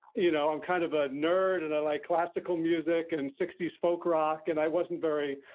you know, i'm kind of a nerd. and i like classical music and sixty s folk rock, and i wasn't very,